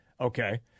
Okay